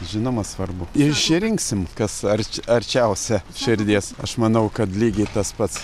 žinoma svarbu išrinksim kas arčia arčiausia širdies aš manau kad lygiai tas pats